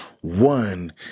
One